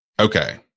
okay